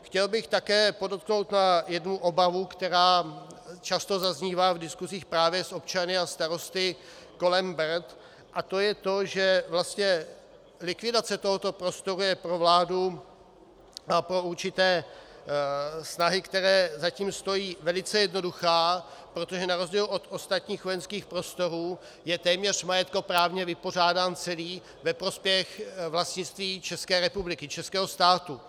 Chtěl bych také upozornit na jednu obavu, která často zaznívá v diskusích právě s občany a starosty kolem Brd, a to je to, že vlastně likvidace tohoto prostoru je pro vládu a pro určité snahy, které za tím stojí, velice jednoduchá, protože na rozdíl od ostatních vojenských prostorů je téměř majetkoprávně vypořádán celý ve prospěch vlastnictví České republiky, českého státu.